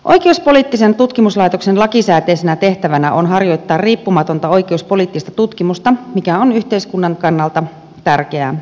oikeuspoliittisen tutkimuslaitoksen lakisääteisenä tehtävänä on harjoittaa riippumatonta oikeuspoliittista tutkimusta mikä on yhteiskunnan kannalta tärkeää